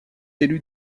élu